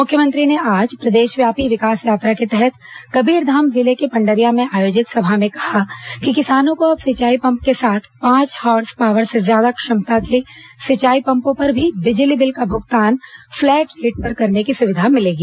मुख्यमंत्री ने आज प्रदेशव्यापी विकास यात्रा के तहत कबीरधाम जिले के पंडरिया में आयोजित सभा में कहा कि किसानों को अब सिंचाई पम्प के साथ पांच हार्स पावर से ज्यादा क्षमता के सिंचाई पम्पों पर भी बिजली बिल का भुगतान फ्लैट रेट पर करने की सुविधा मिलेगी